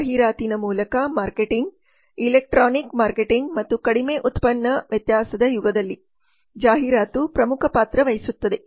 ಜಾಹೀರಾತಿನ ಮೂಲಕ marketing electronic marketing ಮತ್ತು ಕಡಿಮೆ ಉತ್ಪನ್ನ ವ್ಯತ್ಯಾಸದ ಯುಗದಲ್ಲಿ ಜಾಹೀರಾತು ಪ್ರಮುಖ ಪಾತ್ರ ವಹಿಸುತ್ತದೆ